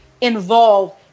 involved